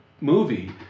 movie